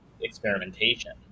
experimentation